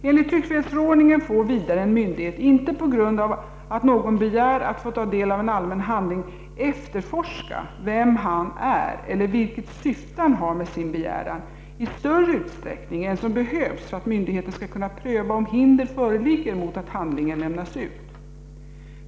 Enligt tryckfrihetsförordningen får vidare en myndighet inte på grund av att någon begär att få ta del av en allmän handling efterforska vem han är eller vilket syfte han har med sin begäran i större utsträckning än som behövs för att myndigheten skall kunna pröva om hinder föreligger mot att handlingen lämnas ut.